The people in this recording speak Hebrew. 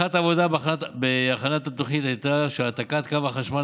הנחת העבודה בהכנת התוכנית הייתה שהעתקת קו החשמל